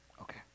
Okay